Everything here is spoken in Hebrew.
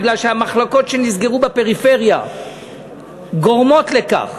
כי המחלקות שנסגרו בפריפריה גורמות לכך